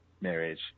marriage